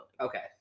Okay